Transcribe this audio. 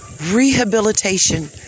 rehabilitation